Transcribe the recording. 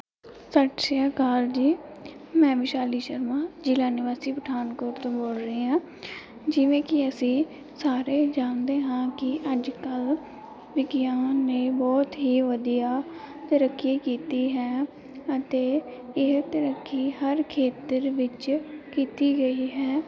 ਸਤਿ ਸ਼੍ਰੀ ਅਕਾਲ ਜੀ ਮੈਂ ਵਿਸ਼ਾਲੀ ਸ਼ਰਮਾ ਜ਼ਿਲ੍ਹਾ ਨਿਵਾਸੀ ਪਠਾਨਕੋਟ ਤੋਂ ਬੋਲ ਰਹੀ ਹਾਂ ਜਿਵੇਂ ਕਿ ਅਸੀਂ ਸਾਰੇ ਜਾਣਦੇ ਹਾਂ ਕਿ ਅੱਜ ਕੱਲ੍ਹ ਵਿਗਿਆਨ ਨੇ ਬਹੁਤ ਹੀ ਵਧੀਆ ਤਰੱਕੀ ਕੀਤੀ ਹੈ ਅਤੇ ਇਹ ਤਰੱਕੀ ਹਰ ਖੇਤਰ ਵਿੱਚ ਕੀਤੀ ਗਈ ਹੈ